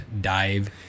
dive